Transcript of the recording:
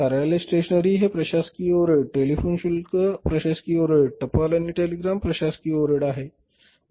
कार्यालय स्टेशनरी हे प्रशासकीय ओव्हरहेड टेलिफोन शुल्क पुन्हा प्रशासकीय ओव्हरहेड टपाल आणि टेलिग्राम पुन्हा प्रशासकीय ओव्हरहेड आहे